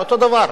אותו דבר.